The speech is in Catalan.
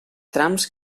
trams